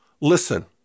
Listen